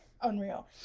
unreal